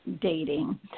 dating